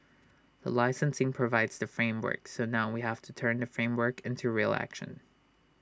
the licensing provides the framework so now we have to turn the framework into real action